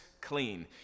clean